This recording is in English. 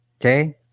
Okay